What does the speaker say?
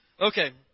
Okay